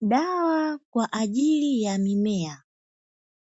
Dawa kwa ajili ya mimea